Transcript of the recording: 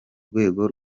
rwego